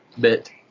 bit